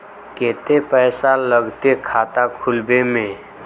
केते पैसा लगते खाता खुलबे में?